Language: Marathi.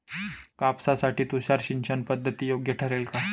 कापसासाठी तुषार सिंचनपद्धती योग्य ठरेल का?